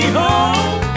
home